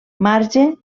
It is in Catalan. marge